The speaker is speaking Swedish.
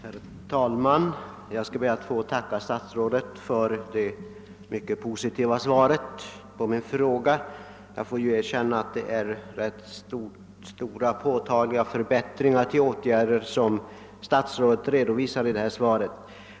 Herr talman! Jag ber att få tacka statsrådet för det mycket positiva svaret på min fråga. Jag får ju erkänna att det är rätt påtagliga förbättringar som statsrådet redovisar i svaret.